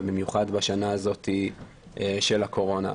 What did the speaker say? ובמיוחד בשנה הזאת של הקורונה.